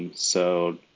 so